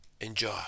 enjoy